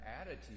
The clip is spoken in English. attitude